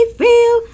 feel